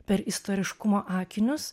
per istoriškumo akinius